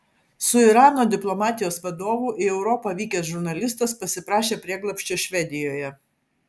su irano diplomatijos vadovu į europą vykęs žurnalistas pasiprašė prieglobsčio švedijoje